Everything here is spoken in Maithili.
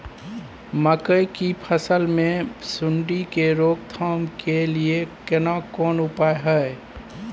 मकई की फसल मे सुंडी के रोक थाम के लिये केना कोन उपाय हय?